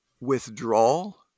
withdrawal